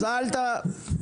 אז אל דניאלה,